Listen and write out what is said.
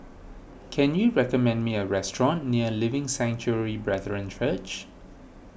can you recommend me a restaurant near Living Sanctuary Brethren Church